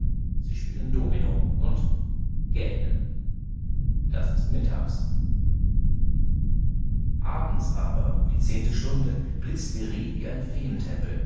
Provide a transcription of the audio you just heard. sie spielen domino und gähnen das ist mittags abends aber um die zehnte stunde blitzt very wie ein